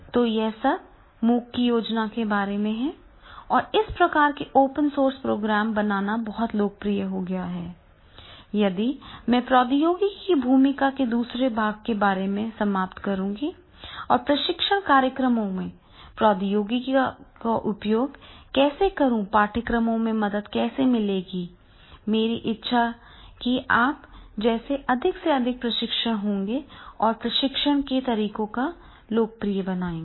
तो यह सब MOOC की योजना के बारे में है और इस प्रकार के ओपन सोर्स प्रोग्राम बनाना बहुत लोकप्रिय हो गया है यहाँ मैं प्रौद्योगिकी की भूमिका के दूसरे भाग के बारे में समाप्त करूँगा और प्रशिक्षण कार्यक्रमों में प्रौद्योगिकी का उपयोग कैसे करूँ पाठ्यक्रमों से मदद मिलेगी मेरी इच्छा है कि आपके जैसे अधिक से अधिक प्रशिक्षक होंगे और प्रशिक्षण के तरीकों को लोकप्रिय बनाएंगे